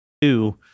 Two